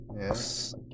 Yes